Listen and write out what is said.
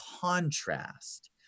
contrast